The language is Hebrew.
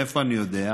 מאיפה אני יודע?